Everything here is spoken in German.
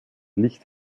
licht